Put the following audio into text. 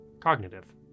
cognitive